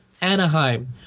Anaheim